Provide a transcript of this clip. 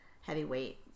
heavyweight